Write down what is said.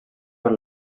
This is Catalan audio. per